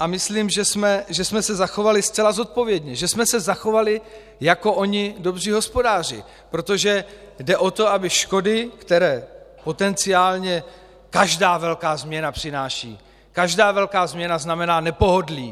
Myslím, že jsme se zachovali zcela zodpovědně, že jsme se zachovali jako dobří hospodáři, protože jde o to, aby škody, které potenciálně každá velká změna přináší, každá velká změna znamená nepohodlí.